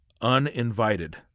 Uninvited